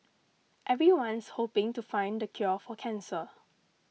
everyone's hoping to find the cure for cancer